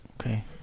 Okay